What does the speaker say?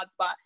hotspot